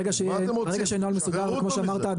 ברגע שיהיה נוהל מסודר וכמו שאמרת,